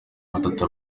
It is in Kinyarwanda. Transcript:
atatu